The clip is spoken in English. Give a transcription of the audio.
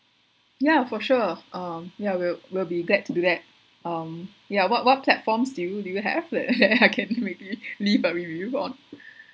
ya know for sure um ya we'll we'll be glad to do that um ya what what platforms do you do you have that that I can really leave a review on